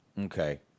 Okay